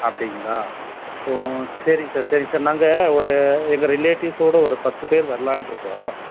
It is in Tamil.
அப்படிங்ளா சரிங் சார் சரிங் சார் நாங்கள் ஒரு எங்கள் ரிலேட்டிவ்ஸோட ஒரு பத்து பேர் வர்லாண்ட்டு இருக்கோம்